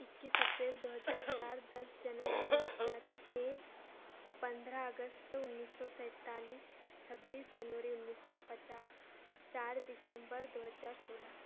इक्कीस अप्रैल दो हजार चार दस जनवरी दो हजार छ पंद्रह अगस्त उन्नीस सौ सैंतालीस छब्बीस जनवरी उन्नीस सौ पचास चार दिसम्बर दो हजार सोलह